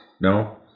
No